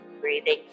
Breathing